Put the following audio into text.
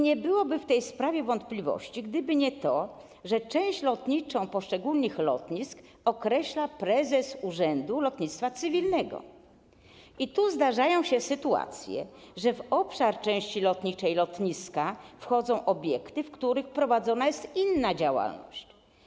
Nie byłoby w tej sprawie wątpliwości, gdyby nie to, że część lotniczą poszczególnych lotnisk określa prezes Urzędu Lotnictwa Cywilnego i zdarzają się sytuacje, kiedy do obszaru części lotniczej lotniska zaliczane są obiekty, w których prowadzona jest inna działalność.